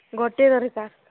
ଗୋଟେ ଦରକାର